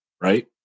Right